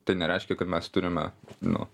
tai nereiškia kad mes turime nu